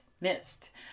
missed